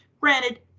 Granted